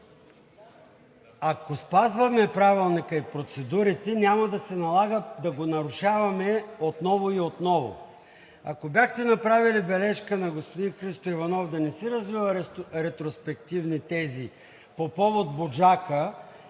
ако спазваме Правилника и процедурите, няма да се налага да го нарушаваме отново и отново. Ако бяхте направили бележка на господин Христо Иванов да не си развива ретроспективни тези по повод „Буджака“,